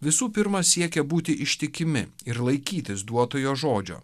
visų pirma siekia būti ištikimi ir laikytis duotojo žodžio